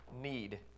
need